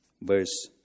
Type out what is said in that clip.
verse